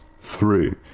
Three